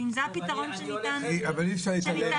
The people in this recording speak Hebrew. ואם זה הפתרון שניתן לעשות,